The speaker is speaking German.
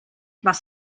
was